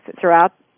throughout